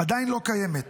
עדיין לא קיימת.